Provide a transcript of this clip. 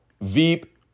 Veep